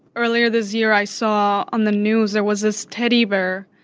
earlier this year i saw on the news there was this teddy bear,